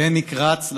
והילד הניק רץ לשלג,